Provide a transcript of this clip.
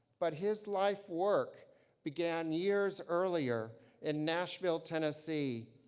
but his life work began years earlier in nashville, tennessee,